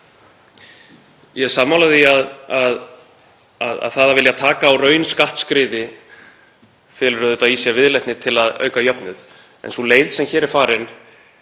er sammála því að það að vilja taka á raunskattsskriði felur auðvitað í sér viðleitni til að auka jöfnuð en sú leið sem hér er farin